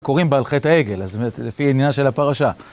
קוראים בה על חטא העגל, אז לפי עניין של הפרשה.